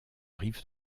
rive